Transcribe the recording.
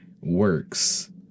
works